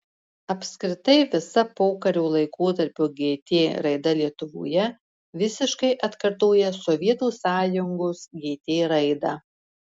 apskritai visa pokario laikotarpio gt raida lietuvoje visiškai atkartoja sovietų sąjungos gt raidą